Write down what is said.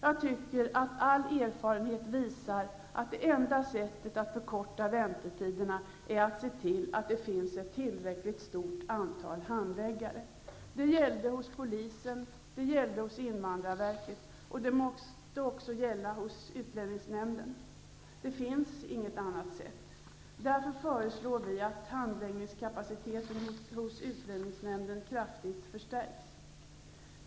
Jag tycker att all erfarenhet visar att det enda sättet att förkorta väntetiderna är att man ser till att det finns ett tillräckligt stort antal handläggare. Det gällde hos polisen, det gällde hos invandrarverket, och det måste också gälla hos utlänningsnämnden. Det finns inget annat sätt. Därför föreslår vi att handläggningskapaciteten hos utlänningsnämnden kraftigt förstärks.